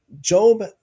Job